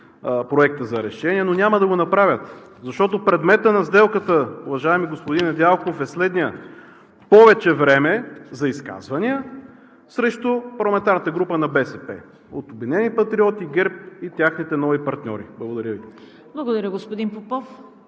Проектът на решение, но няма да го направят, защото предметът на сделката, уважаеми господин Недялков, е следният: повече време за изказвания срещу парламентарната група на БСП от „Обединени патриоти“, ГЕРБ и техните нови партньори. Благодаря Ви. ПРЕДСЕДАТЕЛ ЦВЕТА